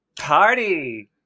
party